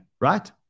right